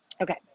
Okay